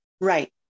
Right